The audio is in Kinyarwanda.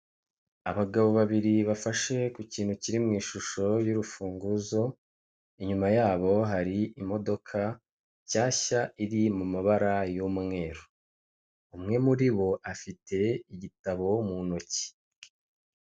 Abagabo babiri bafashe ku kintu kiri mu ishusho yurufunguzo inyuma yabo hari imodoka nshyashya iri mu mabara yumweru umwe muribo afite igitabo mu ntoki.